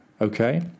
Okay